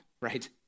right